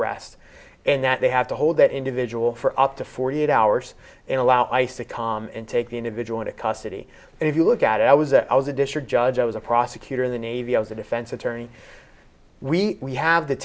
arrest and that they have to hold that individual for up to forty eight hours and allow ice to come and take the individual into custody and if you look at it i was a i was a district judge i was a prosecutor in the navy i was a defense attorney we have the